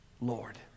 Lord